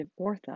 ortho